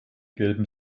gelben